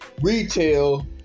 retail